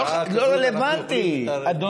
בשעה כזאת אנחנו יכולים, לא רלוונטי, אדוני.